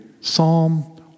Psalm